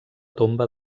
tomba